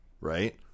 right